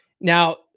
Now